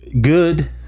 Good